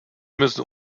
müssen